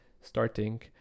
starting